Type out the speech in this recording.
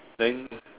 then